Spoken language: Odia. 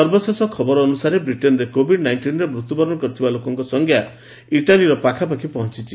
ସର୍ବଶେଷ ଖବର ଅନୁସାରେ ବ୍ରିଟେନ୍ରେ କୋଭିଡ୍ ନାଇଷ୍ଟିନ୍ରେ ମୃତ୍ୟୁବରଣ କରିଥିବା ଲୋକଙ୍କ ସଂଖ୍ୟା ଇଟାଲୀର ପାଖାପାଖି ପହଞ୍ଚିଛି